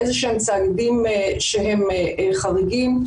איזשהם צעדים שהם חריגים.